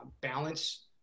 balance